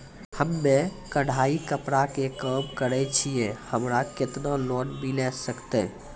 हम्मे कढ़ाई कपड़ा के काम करे छियै, हमरा केतना लोन मिले सकते?